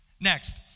Next